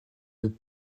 des